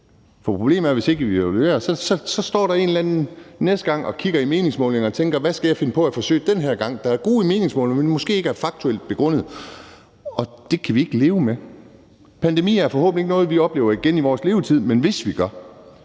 For problemet er, at der, hvis vi ikke evaluerer, står der næste gang en eller anden og kigger i meningsmålingerne og tænker, hvad man den her gang skal finde på af forsøg, der er gode i meningsmålingerne, men som måske ikke er faktuelt begrundet, og det kan vi ikke leve med. En pandemi er forhåbentlig ikke noget, vi oplever igen i vores levetid, men hvis vi gør